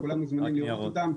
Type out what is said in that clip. כולם מוזמנים לראות אותם.